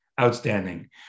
outstanding